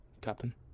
Captain